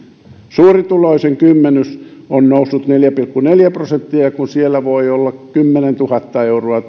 suurituloisimman kymmenyksen tulot ovat nousseet neljä pilkku neljä prosenttia ja kun siellä tuo kuukausiansio voi olla kymmenentuhatta euroa